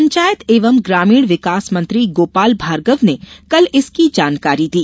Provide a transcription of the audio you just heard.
पंचायत एवं ग्रामीण विकास मंत्री गोपाल भार्गव ने कल इसकी जानकारी दी